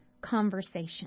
conversation